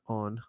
on